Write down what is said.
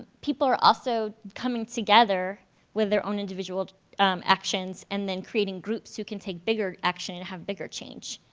people are also coming together with their own individual actions and then creating groups who can take bigger action and have bigger change.